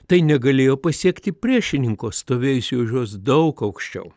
tai negalėjo pasiekti priešininko stovėjusių už juos daug aukščiau